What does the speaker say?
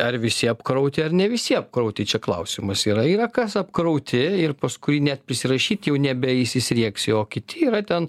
ar visi apkrauti ar ne visi apkrauti čia klausimas yra yra kas apkrauti ir paskui net prisirašyti jau nebe įsisriegsi o kiti yra ten